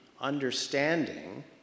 understanding